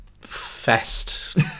Fest